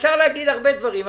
אפשר להגיד הרבה דברים,